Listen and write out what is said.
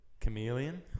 chameleon